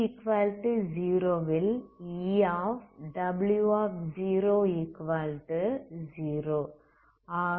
t0 வில் Ew00